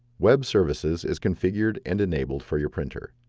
web services is configured and enabled for your printer.